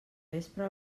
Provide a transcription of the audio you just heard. vespre